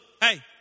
Hey